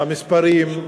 המספרים,